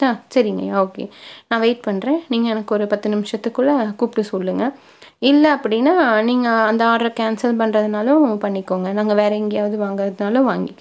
த சரிங்கய்யா ஓகே நான் வெயிட் பண்ணுறேன் நீங்கள் எனக்கொரு பத்து நிமிடத்துக்குள்ள கூப்ட்டு சொல்லுங்க இல்லை அப்படினா நீங்கள் அந்த ஆடர கேன்சல் பண்ணுறதுனாலும் பண்ணிக்கோங்க நாங்கள் வேற எங்கேயாது வாங்கிறதுனாலும் வாங்கிக்கிறோம்